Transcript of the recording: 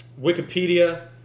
Wikipedia